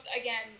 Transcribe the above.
again